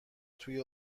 توی